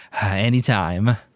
Anytime